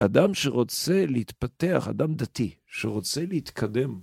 אדם שרוצה להתפתח, אדם דתי שרוצה להתקדם.